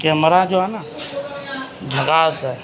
camera جو ہے نا جھکاس ہے